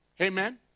Amen